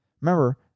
Remember